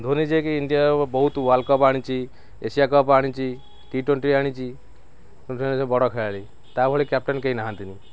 ଧୋନି ଯିଏକି ଇଣ୍ଡିଆ ବହୁତ world cup ଆଣିଛି ଏସିଆ କପ୍ ଆଣିଛି ଟି ଟ୍ୱେଣ୍ଟି ଆଣିଛି ବଡ଼ ଖେଳାଳି ତାଭଳି କ୍ୟାପଟେନ୍ କେହି ନାହାନ୍ତିନି